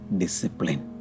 discipline